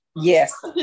yes